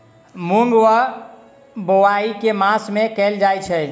मूँग केँ बोवाई केँ मास मे कैल जाएँ छैय?